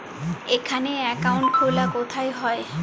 এখানে অ্যাকাউন্ট খোলা কোথায় হয়?